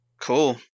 Cool